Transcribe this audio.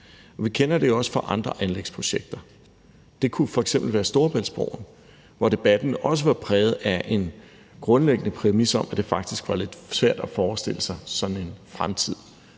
Vi kender det jo også fra andre anlægsprojekter. Det kunne f.eks. være Storebæltsbroen, hvor debatten også var præget af en grundlæggende præmis om, at det faktisk var lidt svært at forestille sig sådan en fremtid.